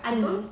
mm